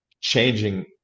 changing